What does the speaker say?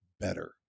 better